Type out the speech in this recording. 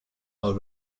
all